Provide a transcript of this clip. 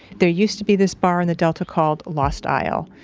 there used to be this bar in the delta called lost isle.